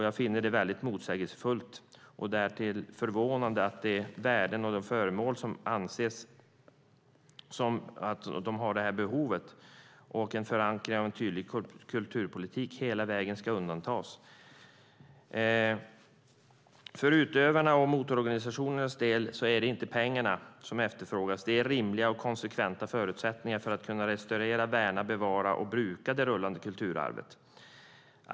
Jag finner att det är väldigt motsägelsefullt och därtill förvånande när det gäller dessa värden och dessa föremål och att en förankring av en tydlig kulturpolitik hela vägen ska undantas. För utövarnas och motororganisationernas del är det inte pengarna som efterfrågas. Det är rimliga och konsekventa förutsättningar för att kunna restaurera, värna, bevara och bruka det rullande kulturarvet.